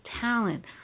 talent